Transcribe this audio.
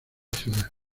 ciudad